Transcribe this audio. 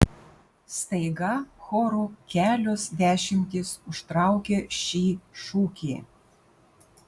staiga choru kelios dešimtys užtraukia šį šūkį